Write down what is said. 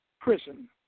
prison